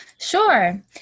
Sure